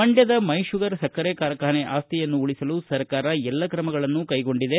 ಮಂಡ್ಯದ My Sugar ಸಕ್ಕರೆ ಕಾರ್ಖಾನೆ ಆಸ್ತಿಯನ್ನು ಉಳಿಸಲು ಸರ್ಕಾರ ಎಲ್ಲ ಕ್ರಮಗಳನ್ನು ಕೈಗೊಂಡಿದೆ